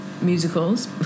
musicals